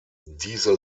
diese